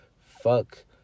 fuck